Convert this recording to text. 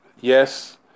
Yes